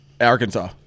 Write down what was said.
Arkansas